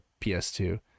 PS2